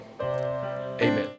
amen